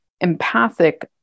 empathic